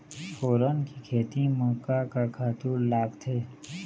फोरन के खेती म का का खातू लागथे?